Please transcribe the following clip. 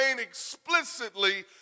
explicitly